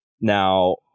Now